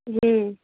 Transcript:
हं